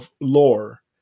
lore